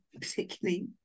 particularly